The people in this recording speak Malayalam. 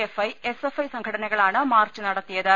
എഫ്ഐ എസ് എഫ് ഐ സംഘടനകളാണ് മാർച്ച് നടത്തിയത്